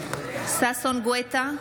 נוכח ששון ששי גואטה,